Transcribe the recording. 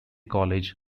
college